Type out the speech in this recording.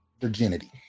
virginity